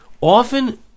often